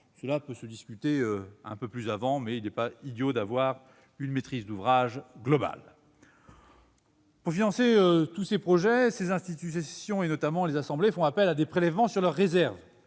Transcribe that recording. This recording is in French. notamment au bâtiment de l'Alma, même s'il n'est pas idiot de prévoir une maîtrise d'ouvrage globale. Pour financer tous les projets, ces institutions, notamment les assemblées, font appel à des prélèvements sur leurs réserves-